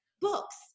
books